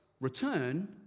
return